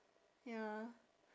ya